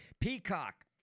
Peacock